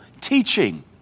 teaching